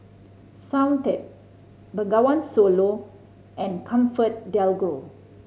Soundteoh Bengawan Solo and ComfortDelGro